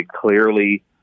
clearly